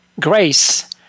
grace